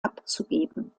abzugeben